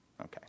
Okay